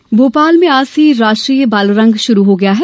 बालरंग भोपाल में आज से राष्ट्रीय बालरंग शुरू हो गया है